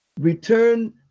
Return